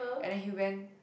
and he went